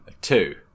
Two